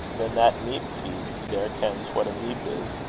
than that neep-seed there kens what a neep is,